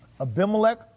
Abimelech